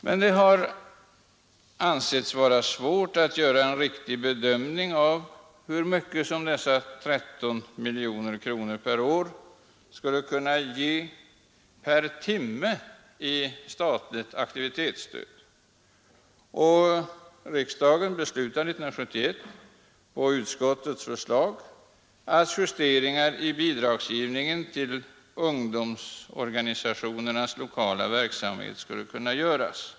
Men det har ansetts vara svårt att göra en riktig bedömning av hur mycket som dessa 13 miljoner kronor per år skulle kunna ge per timme i aktivitetsstöd, och riksdagen beslutade 1971 på utskottets förslag att justeringar i bidragsgivningen till ungdomsorganisationernas lokala verksamhet skulle kunna göras.